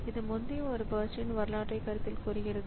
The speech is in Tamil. இது முந்தைய ஒரு பர்ஸ்ட்ன் வரலாற்றைக் கருத்தில் கொள்கிறது